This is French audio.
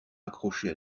accrochés